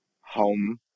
home